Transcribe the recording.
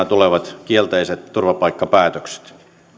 tulevat kielteiset turvapaikkapäätökset